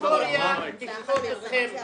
הצעת חוק התרבות והאמנות (תיקון מס' 2),